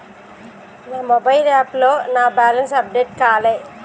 నా మొబైల్ యాప్లో నా బ్యాలెన్స్ అప్డేట్ కాలే